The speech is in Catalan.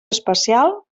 espacial